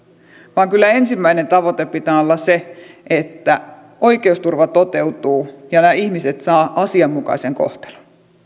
vaan kyllä ensimmäisen tavoitteen pitää olla se että oikeusturva toteutuu ja nämä ihmiset saavat asianmukaisen kohtelun